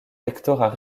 lectorat